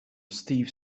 steve